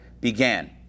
began